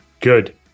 good